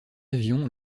avion